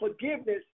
forgiveness